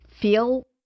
feel